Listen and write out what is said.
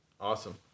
awesome